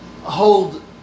hold